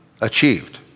achieved